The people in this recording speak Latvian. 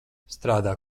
strādā